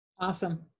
Awesome